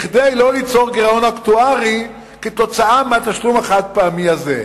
כדי לא ליצור גירעון אקטוארי כתוצאה מהתשלום החד-פעמי הזה.